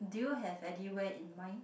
do you have anywhere in mind